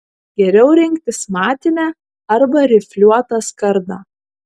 geriau rinktis matinę arba rifliuotą skardą